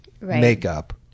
makeup